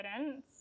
evidence